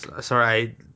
Sorry